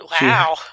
Wow